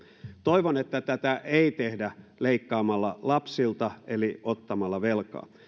toivon että tätä ei tehdä leikkaamalla lapsilta eli ottamalla velkaa